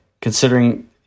considering